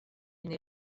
une